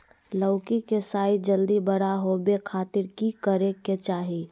लौकी के साइज जल्दी बड़ा होबे खातिर की करे के चाही?